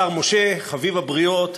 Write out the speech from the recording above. השר משה, חביב הבריות,